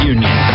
Union